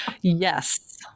Yes